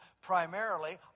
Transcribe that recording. primarily